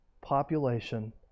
population